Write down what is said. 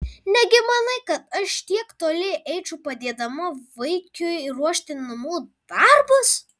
negi manai kad aš tiek toli eičiau padėdama vaikiui ruošti namų darbus